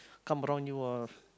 come around you uh